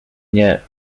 nie